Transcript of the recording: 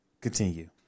Continue